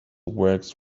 works